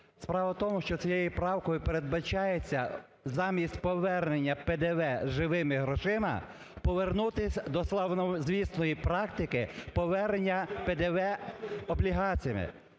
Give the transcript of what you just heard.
Справа в тому, що цією правкою передбачається замість повернення ПДВ з живими грошима повернутися до славнозвісної практики повернення ПДВ облігаціями.